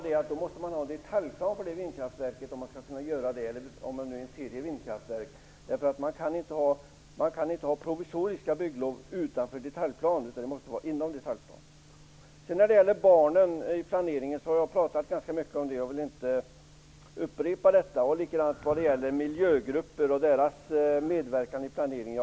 Men då måste man ha en detaljplan för de vindkraftverken för att kunna göra det, om man har en serie vindkraftverk. Man kan inte ha provisoriska bygglov utanför detaljplanen, utan de måste vara inom detaljplanen. Barnen i planeringen har jag talat ganska mycket om. Jag vill inte upprepa det. Likadant är det när det gäller miljögrupper och deras medverkan i planeringen.